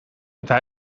eta